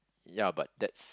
ya but that's